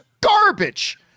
Garbage